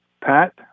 Pat